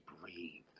breathe